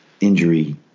injury